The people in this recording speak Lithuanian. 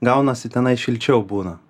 gaunasi tenai šilčiau būna